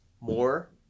more